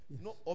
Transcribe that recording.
No